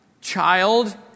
Child